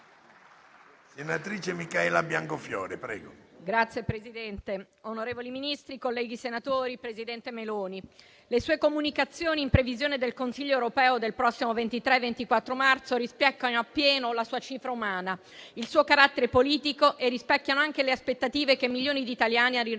(UDC-CI-NcI-IaC)-MAIE)*. Signor Presidente, onorevoli Ministri, colleghi senatori, presidente Meloni, le sue comunicazioni in previsione del Consiglio europeo dei prossimi 23 e 24 marzo rispecchiano appieno la sua cifra umana, il suo carattere politico e rispecchiano anche le aspettative che milioni di italiani hanno riposto